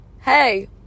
Hey